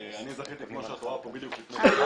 אני זכיתי, כמו שאת רואה פה, בדיוק לפני שנה.